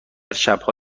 شبها